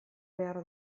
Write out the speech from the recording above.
behar